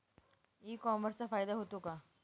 E कॉमर्सचा फायदा होतो का?